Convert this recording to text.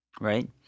right